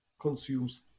consumes